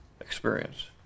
experience